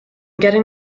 getting